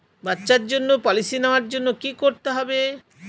বাচ্চার জন্য পলিসি নেওয়ার জন্য কি করতে হবে?